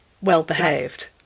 well-behaved